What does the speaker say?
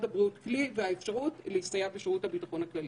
הבריאות האפשרות להסתייע בשירות הביטחון הכללי.